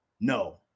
No